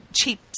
cheap